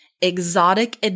exotic